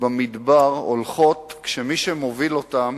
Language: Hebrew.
הולכות במדבר כשמי שמוביל אותן